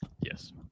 Yes